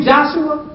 Joshua